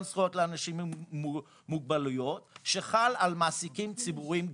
זכויות לאנשים עם מוגבלויות שחל על מעסיקים ציבוריים גדולים.